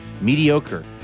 Mediocre